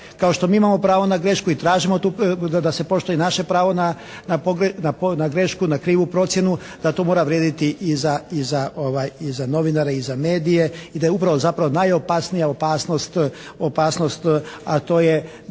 Kao što mi imamo pravo na grešku i tražimo da se poštuje naše pravo na grešku, na krivu procjenu, da to mora vrijediti i za novinare i za medije, i da je upravo zapravo najopasnija opasnost, opasnost,